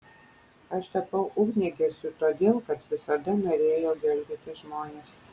aš tapau ugniagesiu todėl kad visada norėjau gelbėti žmones